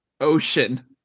ocean